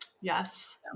yes